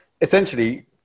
essentially